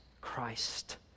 Christ